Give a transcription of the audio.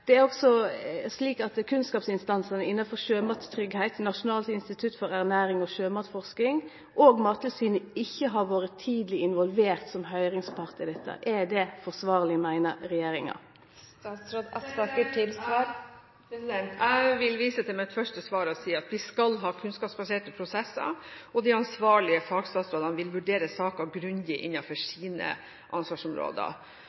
Det er også slik at kunnskapsinstansane innan sjømattryggleik, Nasjonalt institutt for ernærings- og sjømatforsking og Mattilsynet, ikkje har vore tidleg involverte som høyringspartar i dette. Er det forsvarleg, meiner regjeringa? Jeg vil vise til mitt første svar og si at vi skal ha kunnskapsbaserte prosesser, og de ansvarlige fagstatsrådene vil vurdere saken grundig